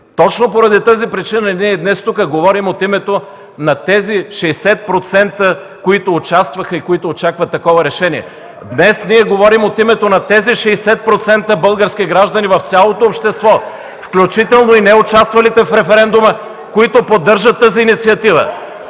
Точно поради тази причина ние днес тук говорим от името на тези 60%, които участваха и очакват такова решение. (Шум и реплики от ГЕРБ.) Днес ние говорим от името на тези 60% български граждани в цялото общество, включително и неучаствалите в референдума, които поддържат тази инициатива.